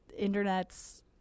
internets